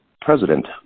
president